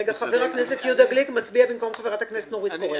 חבר הכנסת יהודה גליק מצביע במקום חברת הכנסת נורית קורן.